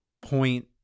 point